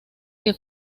que